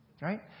Right